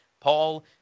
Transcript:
Paul